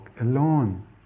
alone